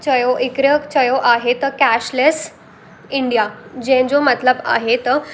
चयो हिकिड़ो चयो आहे त कैश लेस इंडिया जंहिंजो मतिलबु आहे त